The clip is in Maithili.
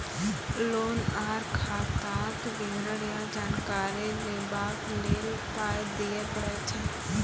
लोन आर खाताक विवरण या जानकारी लेबाक लेल पाय दिये पड़ै छै?